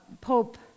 Pope